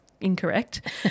incorrect